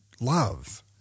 love